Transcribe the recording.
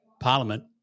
parliament